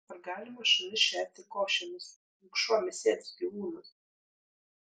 ar galima šunis šerti košėmis juk šuo mėsėdis gyvūnas